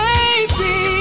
Baby